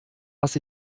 was